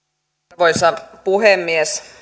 arvoisa puhemies